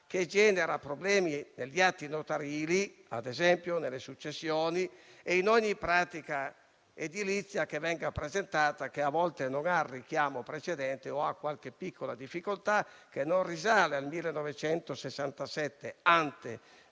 che genera problemi negli atti notarili, ad esempio nelle successioni e in ogni pratica edilizia che venga presentata. A volte, la pratica non ha richiamo precedente o ha qualche piccola difficoltà, se non è *ante* 1967,